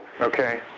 Okay